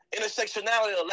Intersectionality